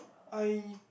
I